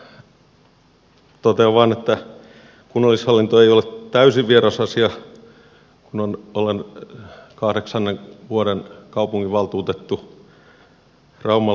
totean vain että kunnallishallinto ei ole täysin vieras asia kun olen kahdeksannen vuoden kaupunginvaltuutettu raumalla